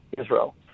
Israel